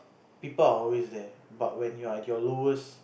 people are always there but when you're at your lowest